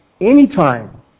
Anytime